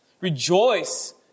Rejoice